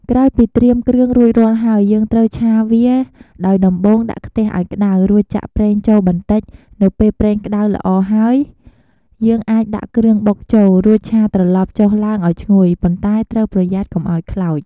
ក្រោយពីត្រៀមគ្រឿងរួចរាល់ហើយ យើងត្រូវឆាវា ដោយដំបូង ដាក់ខ្ទះឱ្យក្តៅ រួចចាក់ប្រេងចូលបន្តិច នៅពេលប្រេងក្តៅល្អហើយ យើងអាចដាក់គ្រឿងបុកចូល រួចឆាត្រឡប់ចុះឡើងឱ្យឈ្ងុយ ប៉ុន្តែត្រូវប្រយ័ត្នកុំឱ្យខ្លោច។